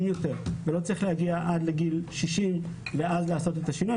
יותר ולא צריך להגיע עד לגיל 60 ואז לעשות את השינוי.